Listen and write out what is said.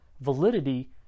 validity